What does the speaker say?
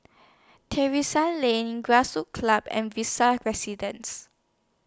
Terrasse Lane Grassroots Club and Visa Residences